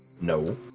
No